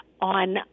on